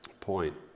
point